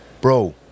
Bro